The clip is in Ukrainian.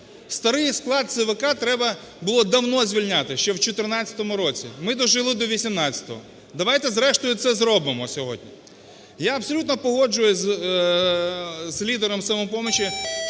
Старий склад ЦВК треба було давно звільняти, ще в 14-му році. Ми дожили до 18-го, давайте зрештою це зробимо сьогодні. Я абсолютно погоджуюсь з лідером "Самопомочі",